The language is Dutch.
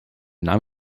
naam